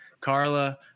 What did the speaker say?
carla